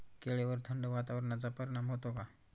केळीवर थंड वातावरणाचा परिणाम होतो का?